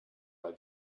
mal